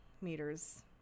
meters